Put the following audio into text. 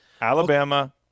Alabama